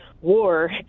war